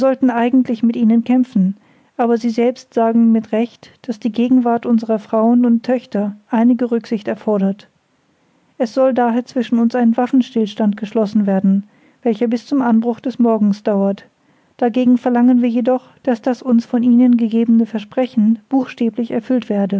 eigentlich mit ihnen kämpfen aber sie selbst sagen mit recht daß die gegenwart unserer frauen und töchter einige rücksicht erfordert es soll daher zwischen uns ein waffenstillstand geschlossen werden welcher bis zum anbruch des morgens dauert dagegen verlangen wir jedoch daß das uns von ihnen gegebene versprechen buchstäblich erfüllt werde